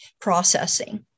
processing